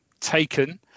taken